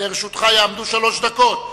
לרשותך יעמדו שלוש דקות,